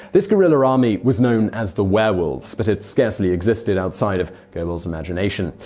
this guerrilla army was known as the werewolves, but it scarcely existed outside of goebbels' imagination.